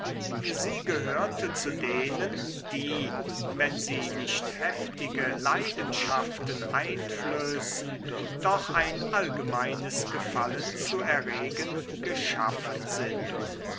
sie gehörte zu denen die wenn sie nicht heftige leidenschaften einflößen doch ein allgemeines gefallen zu erregen geschaffen sind